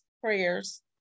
prayers